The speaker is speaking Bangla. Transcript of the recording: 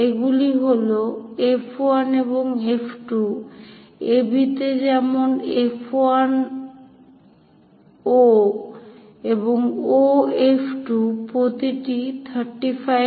এগুলি হল F1 এবং F2 AB তে যেমন F1 O এবং O F2 প্রতিটি 35 mm